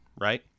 right